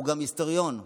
הוא גם היסטוריון שיודע,